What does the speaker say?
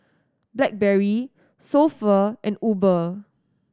Blackberry So Pho and Uber